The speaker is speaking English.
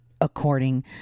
according